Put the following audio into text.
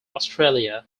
australia